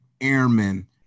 airmen